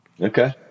Okay